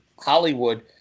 Hollywood